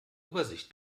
übersicht